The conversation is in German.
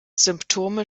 symptome